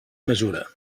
mesura